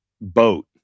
boat